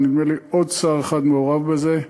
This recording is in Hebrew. ונדמה לי שעוד שר אחד מעורב בזה,